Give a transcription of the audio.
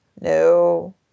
No